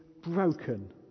broken